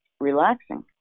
Relaxing